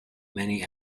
many